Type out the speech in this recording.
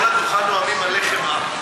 אדוני, כל דוכן הנואמים מלא חמאה.